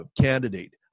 candidate